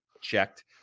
checked